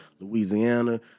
Louisiana